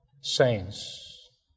saints